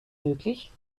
möglich